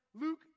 Luke